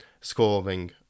scoring